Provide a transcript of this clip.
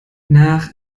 nach